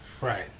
right